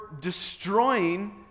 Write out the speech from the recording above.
destroying